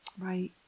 Right